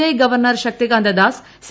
I governor Shaktikanta Das C